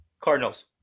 Cardinals